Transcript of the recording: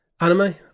anime